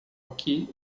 aqui